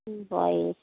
ᱵᱟᱭᱤᱥ